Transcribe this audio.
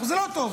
זה לא טוב,